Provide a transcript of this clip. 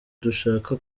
dushaka